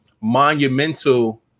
monumental